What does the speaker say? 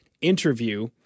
interview